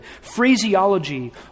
phraseology